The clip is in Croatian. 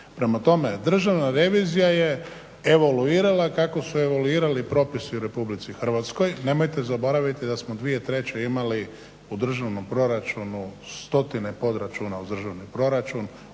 Prema tome, Državna revizija je evoluirala kako su evoluirali propisi u Republici Hrvatskoj. Nemojte zaboraviti da smo 2003. imali u državnom proračunu stotine podračuna uz državni proračun.